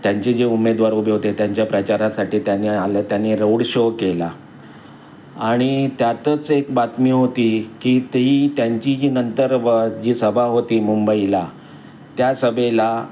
त्यांचे जे उमेदवार उभे होते त्यांच्या प्रचारासाठी त्यांनी आल्या त्यांनी रोड शो केला आणि त्यातच एक बातमी होती की ती त्यांची जी नंतर जी सभा होती मुंबईला त्या सभेला